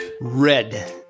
red